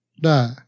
die